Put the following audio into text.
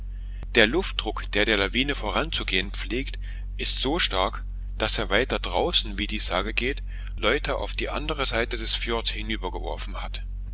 der luftdruck der der lawine voranzugehen pflegt ist so stark daß er weiter draußen wie die sage geht leute auf die andere seite des fjords hinübergeworfen hat